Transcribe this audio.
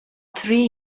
three